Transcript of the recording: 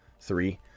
three